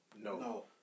No